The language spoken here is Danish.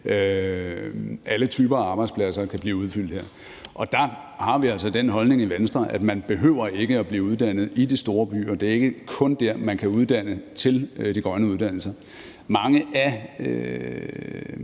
alle typer af arbejdspladser kan blive udfyldt her. Der har vi altså den holdning i Venstre, at man ikke behøver at blive uddannet i de store byer. Det er ikke kun der, man kan uddanne til de grønne uddannelser. Mange af